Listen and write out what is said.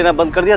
and monkey? yeah